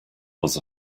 was